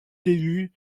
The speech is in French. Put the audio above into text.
élus